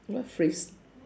what phrase